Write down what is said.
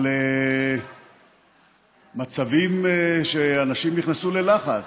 על מצבים שאנשים נכנסו ללחץ,